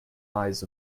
eyes